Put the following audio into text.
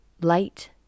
Light